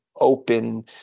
open